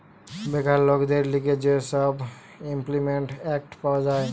বেকার লোকদের লিগে যে সব ইমল্পিমেন্ট এক্ট পাওয়া যায়